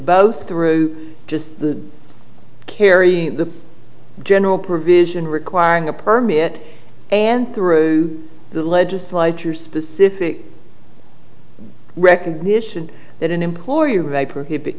both through just the carrying the general provision requiring a permit and through the legislature specific recognition that an employer would prohibit